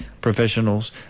professionals